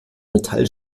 metall